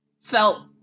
felt